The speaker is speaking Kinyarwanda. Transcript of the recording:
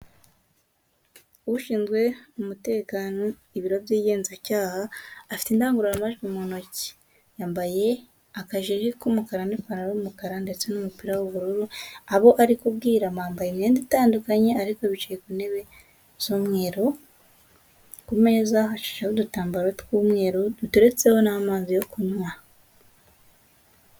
Ushinzwe umutekano ibiro by'ingenzacyaha, afite indangururamajwi mu ntoki, yambaye akajiri k'umukara n'ipantaro y'umukara ndetse n'umupira w'ubururu, abo ari kubwira bambaye imyenda itandukanye ariko bicaye ku ntebe z'umweru, ku meza hashasheho udutambaro tw'umweru duteretseho n'amazi yo kunywa.